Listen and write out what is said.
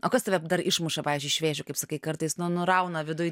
o kas tave dar išmuša pavyzdžiui iš vėžių kaip sakai kartais nu nurauna viduj